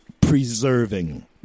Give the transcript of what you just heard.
preserving